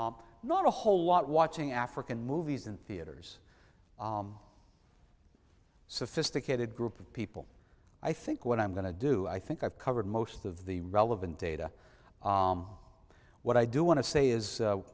not a whole lot watching african movies in theaters sophisticated group of people i think what i'm going to do i think i've covered most of the relevant data what i do want to say is